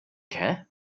care